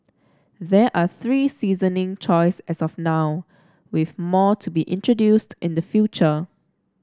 there are three seasoning choice as of now with more to be introduced in the future